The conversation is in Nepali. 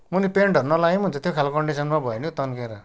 मुनि पेन्टहरू नलगाए नि हुन्छ त्यो खालको कन्डिसनमा भयो नि हो तन्केर